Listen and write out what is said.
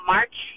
March